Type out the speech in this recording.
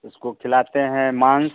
उसको खिलाते हैं मांस